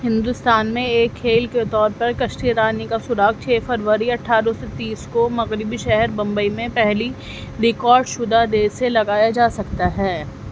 ہندوستان میں ایک کھیل کے طور پر کشتی رانی کا سراغ چھ فروری اٹھارہ سو تیس کو مغربی شہر ممبئی میں پہلی ریکاڈ شدہ ریس سے لگایا جا سکتا ہے